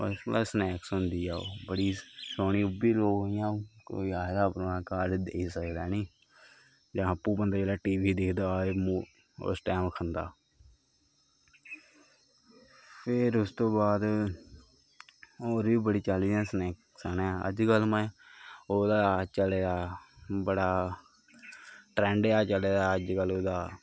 first class snacks होंदी ऐ ओह् बड़ी सोह्ननी ओह् बी लोग इ'यां कोई आए दा परौह्ना घर देई सकदा हैनी जां आपूं बंदा जिसलै टी वी दिखदा उस टैम खंदा फिर उस तो बाद होर बी बड़ी चाल्ली दियां सनैक्सां न अज्जकल माए ओह्दा चले दा बड़ा ट्रैंड ऐ चले दा अज्जकल ओह्दा